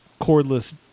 cordless